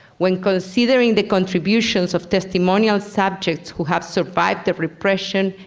when considering the contributions of testimonial subjects who have survived the repression,